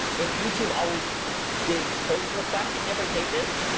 if youtube always did post requests to different pages,